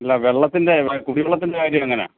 അല്ല വെള്ളത്തിൻ്റെ കുടിവെള്ളത്തിൻ്റെ കാര്യം എങ്ങനെയാ